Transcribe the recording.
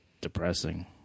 depressing